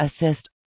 assist